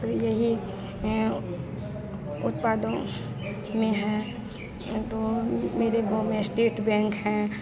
तो यही उत्पादों में हैं तो मेरे गाँव में स्टेट बैंक है